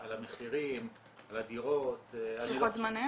על המחירים, על הדירות, על --- לוחות זמנים?